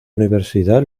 universidad